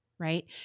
right